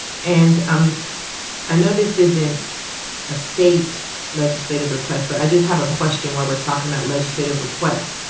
and um i know this isn't a state legislative request, but i just have a question while we're talking about legislative requests.